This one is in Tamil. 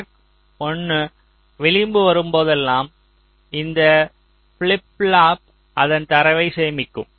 கிளாக் 1 விளிம்பு வரும்போதெல்லாம் இந்த ஃபிளிப் ஃப்ளாப் அதன் தரவை சேமிக்கும்